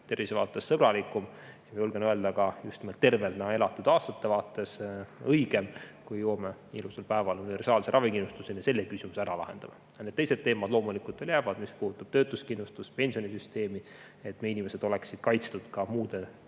tervise vaatest sõbralikum ja julgen öelda, et just tervena elatud aastate vaates õigem, kui jõuame ühel ilusal päeval universaalse ravikindlustuseni ja selle küsimuse ära lahendame. Aga need teised teemad loomulikult jäävad, mis puudutab töötuskindlustust, pensionisüsteemi, et meie inimesed oleksid kaitstud ka muus